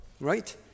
right